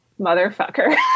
motherfucker